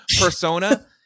persona